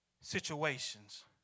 situations